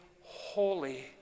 holy